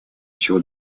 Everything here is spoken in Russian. чего